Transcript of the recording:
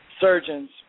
surgeons